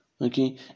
okay